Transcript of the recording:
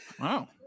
Wow